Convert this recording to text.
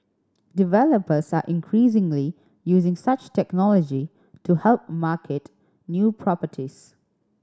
developers are increasingly using such technology to help market new properties